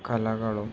കലകളും